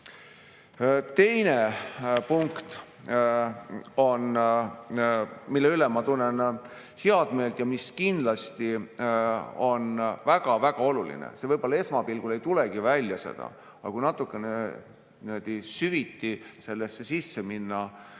Teine punkt, mille üle ma tunnen heameelt ja mis kindlasti on väga-väga oluline. See võib-olla esmapilgul ei tulegi välja, aga kui natukene süvitsi sellesse teemasse